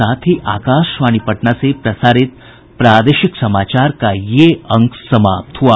इसके साथ ही आकाशवाणी पटना से प्रसारित प्रादेशिक समाचार का ये अंक समाप्त हुआ